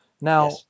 Now